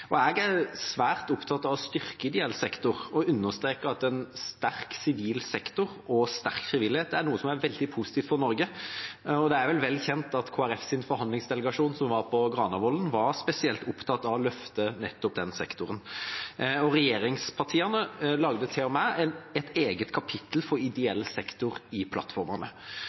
Jeg er svært opptatt av å styrke ideell sektor og understreker at en sterk sivil sektor og en sterk frivillighet er noe som er veldig positivt for Norge. Det er vel velkjent at Kristelig Folkepartis forhandlingsdelegasjon som var på Granavolden, var spesielt opptatt av å løfte nettopp den sektoren, og regjeringspartiene lagde til og med et eget kapittel for ideell sektor i